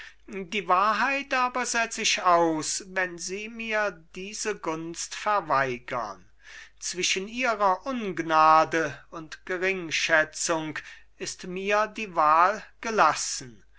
die wahrheit aber setz ich aus wenn sie mir diese gunst verweigern zwischen ihrer ungnade und geringschätzung ist mir die wahl gelassen